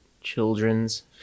children's